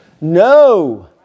No